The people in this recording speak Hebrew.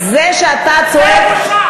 זה בושה.